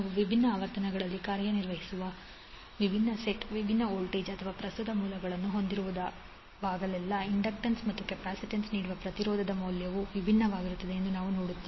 ನಾವು ವಿಭಿನ್ನ ಆವರ್ತನಗಳಲ್ಲಿ ಕಾರ್ಯನಿರ್ವಹಿಸುವ ವಿಭಿನ್ನ ಸೆಟ್ ವಿಭಿನ್ನ ವೋಲ್ಟೇಜ್ ಅಥವಾ ಪ್ರಸ್ತುತ ಮೂಲಗಳನ್ನುdifferent set different voltage or current ಹೊಂದಿರುವಾಗಲೆಲ್ಲಾ ಇಂಡಕ್ಟನ್ಸ್ ಮತ್ತು ಕೆಪಾಸಿಟನ್ಸ್ ನೀಡುವ ಪ್ರತಿರೋಧದ ಮೌಲ್ಯವು ವಿಭಿನ್ನವಾಗಿರುತ್ತದೆ ಎಂದು ನಾವು ನೋಡುತ್ತೇವೆ